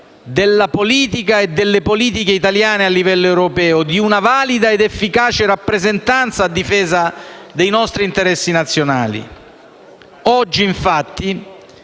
della politica e delle politiche italiane a livello europeo, di una valida ed efficace rappresentanza a difesa dei nostri interessi nazionali. Oggi infatti